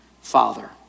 Father